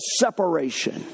separation